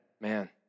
man